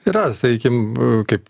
yra sakykim kaip